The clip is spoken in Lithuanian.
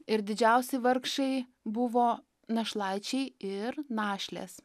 ir didžiausi vargšai buvo našlaičiai ir našlės